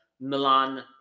Milan